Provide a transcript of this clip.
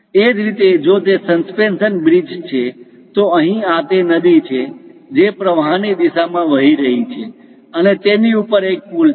એ જ રીતે જો તે સસ્પેન્શન બ્રિજ છે તો અહીં આ તે નદી છે જે પ્રવાહની દિશામાં વહી રહી છે અને તેની ઉપર એક પુલ છે